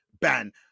ban